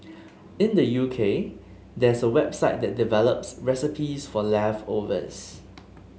in the U K there's a website that develops recipes for leftovers